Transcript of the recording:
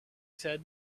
said